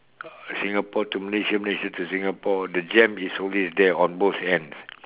Singapore to Malaysia Malaysia to Singapore the jam is always there on both ends